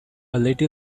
little